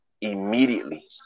immediately